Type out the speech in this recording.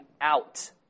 out